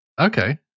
okay